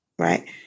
Right